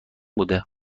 بوده